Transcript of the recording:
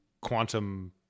quantum